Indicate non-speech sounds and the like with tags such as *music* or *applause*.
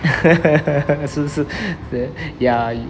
*laughs* 是是是 ya